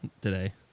today